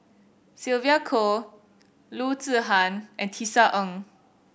Sylvia Kho Loo Zihan and Tisa Ng